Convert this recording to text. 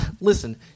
Listen